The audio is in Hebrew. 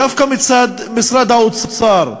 דווקא מצד משרד האוצר,